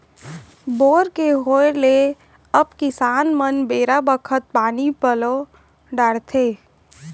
bore के होय ले अब किसान मन बेरा बखत पानी पलो डारथें